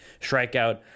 strikeout